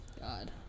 god